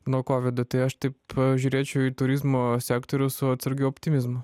nuo covido tai aš taip žiūrėčiau į turizmo sektorių su atsargiu optimizmu